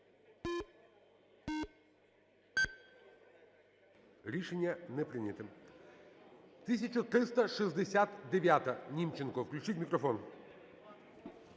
Рішення не прийнято. 1369-а, Німченко, включіть мікрофон.